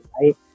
right